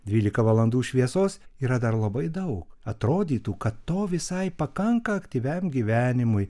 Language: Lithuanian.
dvylika valandų šviesos yra dar labai daug atrodytų kad to visai pakanka aktyviam gyvenimui